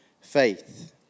faith